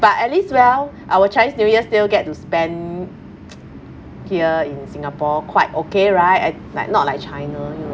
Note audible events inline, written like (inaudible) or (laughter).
but at least well (breath) our chinese new year still get to spend (noise) here in singapore quite okay right I like not like china you know